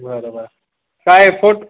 बरं बर सा एक फूट